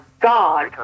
God